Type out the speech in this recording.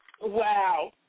Wow